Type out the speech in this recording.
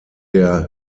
der